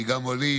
גם ווליד,